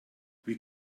wie